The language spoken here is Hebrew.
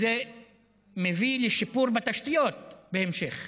וזה מביא לשיפור בהמשך.